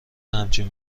همچین